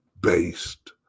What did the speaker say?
based